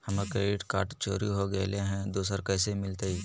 हमर credit card चोरी हो गेलय हई, दुसर कैसे मिलतई?